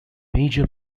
major